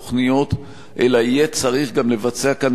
אלא יהיה צריך גם לבצע כאן מהלך שהמדינה